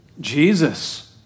Jesus